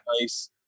nice